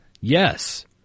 Yes